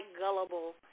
gullible